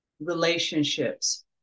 relationships